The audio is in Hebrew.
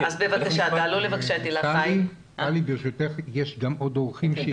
טלי ברשותך, יש עוד אורחים.